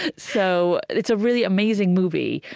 so it's a really amazing movie,